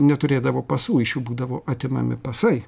neturėdavo pasų iš jų būdavo atimami pasai